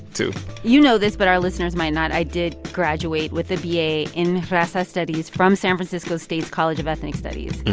too you know this, but our listeners might not. i did graduate with a b a. in raza studies from san francisco state's college of ethnic studies.